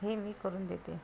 हे मी करून देते